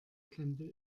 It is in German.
klemmte